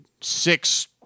six